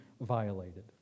violated